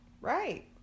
right